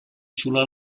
sulla